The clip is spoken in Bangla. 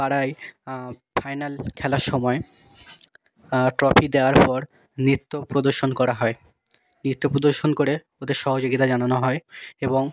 পাড়ায় ফাইনাল খেলার সময় ট্রফি দেওয়ার পর নৃত্য প্রদর্শন করা হয় নৃত্য প্রদর্শন করে ওদের সহযোগিতা জানানো হয় এবং